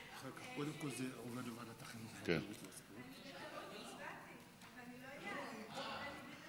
זכאות סטודנט לתואר שני להיבחן בשני מועדים),